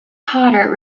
potter